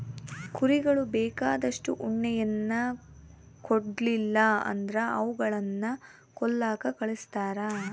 ಕುರಿಗಳು ಬೇಕಾದಷ್ಟು ಉಣ್ಣೆಯನ್ನ ಕೊಡ್ಲಿಲ್ಲ ಅಂದ್ರ ಅವುಗಳನ್ನ ಕೊಲ್ಲಕ ಕಳಿಸ್ತಾರ